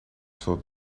saw